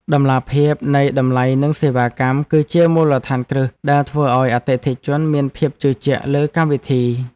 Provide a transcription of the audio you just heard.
តម្លាភាពនៃតម្លៃនិងសេវាកម្ម គឺជាមូលដ្ឋានគ្រឹះដែលធ្វើឱ្យអតិថិជនមានភាពជឿជាក់លើកម្មវិធី។